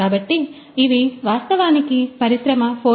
కాబట్టి ఇవి వాస్తవానికి పరిశ్రమ 4